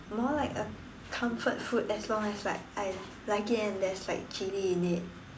more like a comfort food as long as like I like it and there's like chili in it